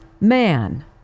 man